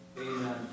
Amen